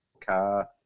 car